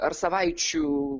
ar savaičių